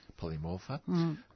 Polymorpha